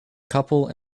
couple